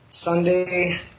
Sunday